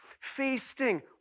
feasting